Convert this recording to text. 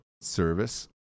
service